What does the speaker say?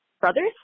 brothers